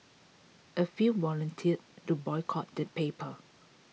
a few volunteered to boycott the paper